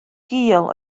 gul